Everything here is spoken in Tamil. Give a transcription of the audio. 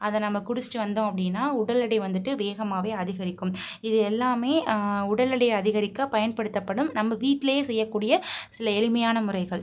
அதை நம்ம குடிச்சிட்டு வந்தோம் அப்படின்னா உடல் எடை வந்துட்டு வேகமாகவே அதிகரிக்கும் இது எல்லாமே உடல் எடையை அதிகரிக்க பயன்படுத்தப்படும் நம்ம வீட்டிலயே செய்யக்கூடிய சில எளிமையான முறைகள்